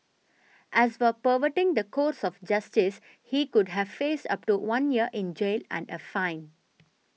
as for perverting the course of justice he could have faced up to one year in jail and a fine